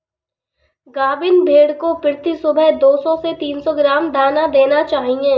गाभिन भेड़ को प्रति सुबह दो सौ से तीन सौ ग्राम दाना देना चाहिए